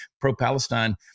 pro-Palestine